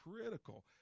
critical